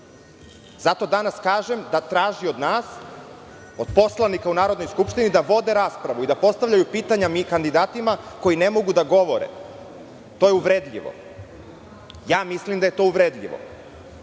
Zato danas kažem da traži od nas, od poslanika u Narodnoj skupštini da vode raspravu i da postavljaju pitanja kandidatima koji ne mogu da govore. To je uvredljivo. Ja mislim da je to uvredljivo. Dakle,